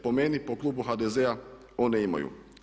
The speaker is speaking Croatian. Po meni, po klubu HDZ-a one imaju.